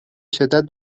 شدت